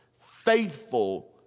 faithful